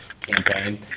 campaign